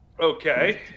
Okay